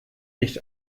nicht